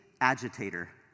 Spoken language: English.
agitator